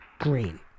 Green